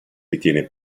ritiene